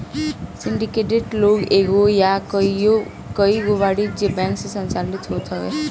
syndicated loan एगो या कईगो वाणिज्यिक बैंक से संचालित होत हवे